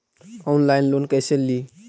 Online loan कैसे ली?